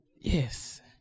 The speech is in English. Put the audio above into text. Yes